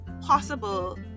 possible